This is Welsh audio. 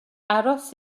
aros